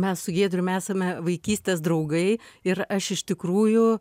mes su giedriumi esame vaikystės draugai ir aš iš tikrųjų